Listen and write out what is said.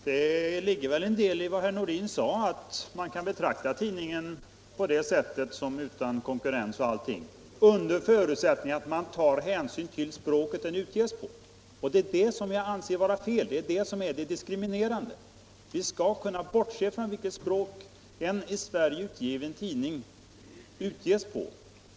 Herr talman! Det ligger en del i vad herr Nordin sade, att man kan betrakta tidningen på det sättet som presstödsnämnden gjort — att den är utan konkurrens etc. — under förutsättning att man tar hänsyn till språket som den utges på. Det är det jag anser vara fel, det är det som är diskriminerande. Vi skall kunna bortse från vilket språk en i Sverige utgiven tidning utges på.